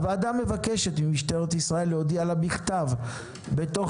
הוועדה מבקשת ממשטרת ישראל להודיע לה בכתב בתוך